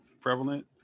prevalent